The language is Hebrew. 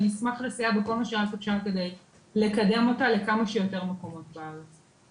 נשמח לסייע בכל מה שרק אפשר כדי לקדם אותה לכמה שיותר מקומות בארץ.